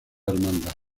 hermandad